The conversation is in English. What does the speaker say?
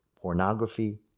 Pornography